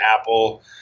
Apple